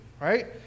right